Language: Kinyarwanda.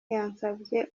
yansabye